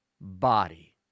body